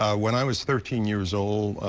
ah when i was thirteen years old,